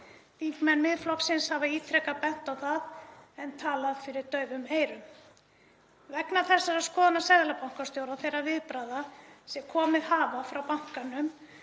Þingmenn Miðflokksins hafa ítrekað bent á það en talað fyrir daufum eyrum. Vegna þessara skoðana seðlabankastjóra og þeirra viðbragða sem komið hafa frá bankanum,